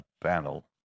panel